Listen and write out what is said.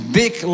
big